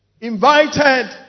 invited